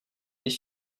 les